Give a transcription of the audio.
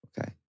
Okay